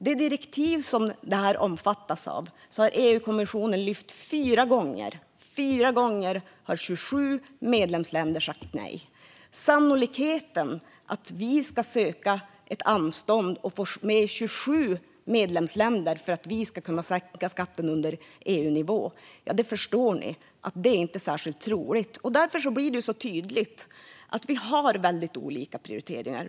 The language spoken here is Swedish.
Det direktiv som det omfattas av har EU-kommissionen lyft upp fyra gånger, och fyra gånger har 27 medlemsländer sagt nej. Sannolikheten är inte särskilt stor att vi ska söka ett anstånd och få med oss 26 andra medlemsländer på att vi kan sänka skatten under EU-nivå. Det förstår ni. Det blir tydligt att vi har väldigt olika prioriteringar.